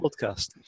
podcast